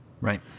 Right